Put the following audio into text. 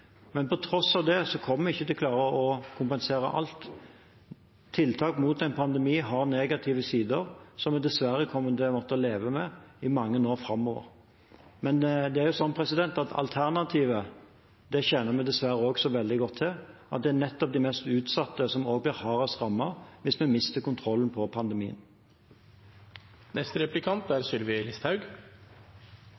Men til tross for det kommer vi ikke til å klare å kompensere alt. Tiltak mot en pandemi har negative sider som vi dessverre kommer til å måtte leve med i mange år framover. Alternativet kjenner vi dessverre også veldig godt til, at det er nettopp de mest utsatte som også blir hardest rammet hvis vi mister kontrollen på pandemien.